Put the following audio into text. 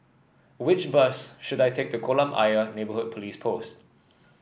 which bus should I take to Kolam Ayer Neighbourhood Police Post